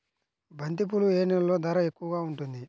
బంతిపూలు ఏ నెలలో ధర ఎక్కువగా ఉంటుంది?